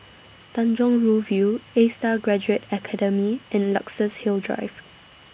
Tanjong Rhu View A STAR Graduate Academy and Luxus Hill Drive